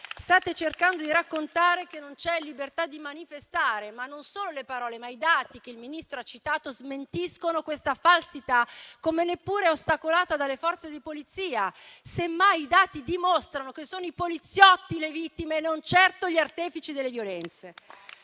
State cercando di raccontare che non c'è libertà di manifestare, ma non solo le parole, bensì i dati che il Ministro ha citato smentiscono questa falsità, che neppure è ostacolata dalle Forze di polizia. Semmai i dati dimostrano che sono i poliziotti le vittime e non certo gli artefici delle violenze.